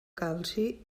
calci